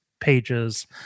pages